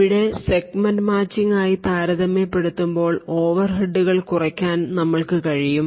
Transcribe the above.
അവിടെ segment matching ആയി താരതമ്യപ്പെടുത്തുമ്പോൾ ഓവർഹെഡുകൾ കുറയ്ക്കാൻ നമ്മൾക്ക് കഴിയും